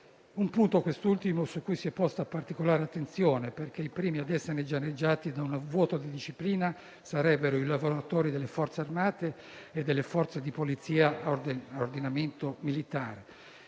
è un punto su cui si è posta particolare attenzione, perché i primi a essere danneggiati da un vuoto di disciplina sarebbero i lavoratori delle Forze armate e delle Forze di polizia a ordinamento militare.